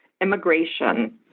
immigration